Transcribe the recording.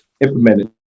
implemented